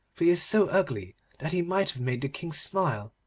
for he is so ugly that he might have made the king smile